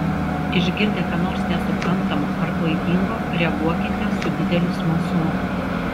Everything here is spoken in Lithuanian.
išgirdę ką nors nesuprantamo ar klaidingo reaguokite su dideliu smalsumu